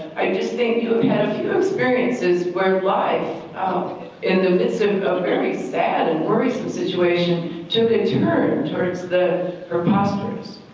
i just think you've had a few experiences where life um and um this is a very sad and worrisome situation to return towards the preposterous.